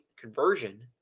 conversion